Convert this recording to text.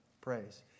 praise